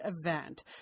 event